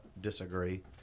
disagree